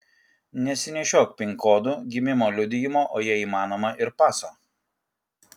nesinešiok pin kodų gimimo liudijimo o jei įmanoma ir paso